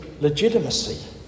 legitimacy